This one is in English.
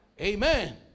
Amen